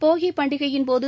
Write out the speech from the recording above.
போகி பண்டிகையின்போது